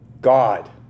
God